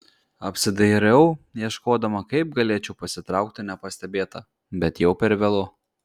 apsidairau ieškodama kaip galėčiau pasitraukti nepastebėta bet jau per vėlu